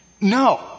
No